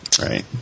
right